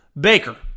Baker